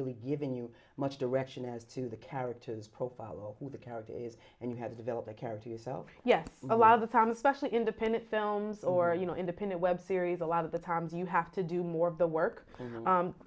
really given you much direction as to the characters profile or who the character is and you have to develop the character yourself yes a lot of the time especially independent films or you know independent web series a lot of the times you have to do more of the work